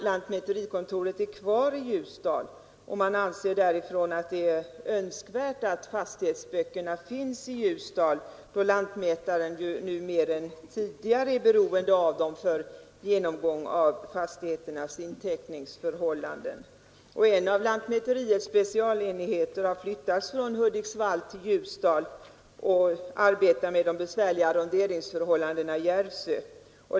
Lantmäterikontoret är kvar i Ljusdal, och man anser därifrån att det är önskvärt att fastighetsböckerna finns i Ljusdal, då lantmätaren nu mer än tidigare är beroende av dem för genomgång av fastigheternas inteckningsförhållanden. En av lantmäteriets specialenheter har flyttats från Hudiksvall till Ljusdal och arbetar med de besvärliga arronderingsförhållandena i Järvsö.